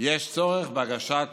יש צורך בהגשת